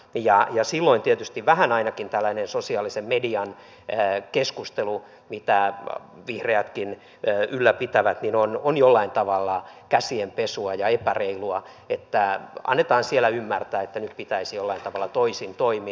ja silloin tietysti vähän tällainen sosiaalisen median keskustelu mitä vihreätkin ylläpitävät on jollain tavalla käsien pesua ja epäreilua että annetaan siellä ymmärtää että nyt pitäisi jollain tavalla toisin toimia